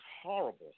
horrible